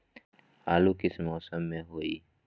आलू किस मौसम में होई?